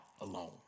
alone